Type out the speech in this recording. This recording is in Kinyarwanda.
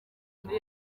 muri